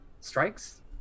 strikes